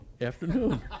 afternoon